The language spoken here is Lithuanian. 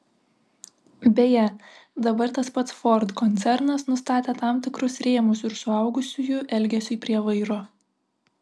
beje dabar tas pats ford koncernas nustatė tam tikrus rėmus ir suaugusiųjų elgesiui prie vairo